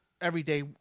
everyday